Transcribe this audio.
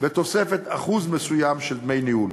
בתוספת אחוז מסוים של דמי ניהול.